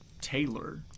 Taylor